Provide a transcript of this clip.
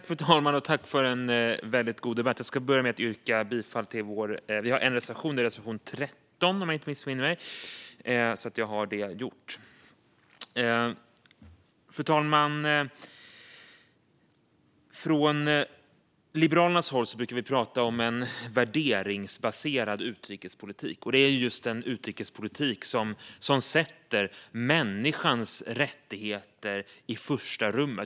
Fru talman! Tack för en väldigt god debatt! Jag ska börja med att yrka bifall till vår reservation 13, så att jag har det gjort. Fru talman! Från Liberalernas håll brukar vi prata om en värderingsbaserad utrikespolitik, och det är just en utrikespolitik som sätter människans rättigheter i första rummet.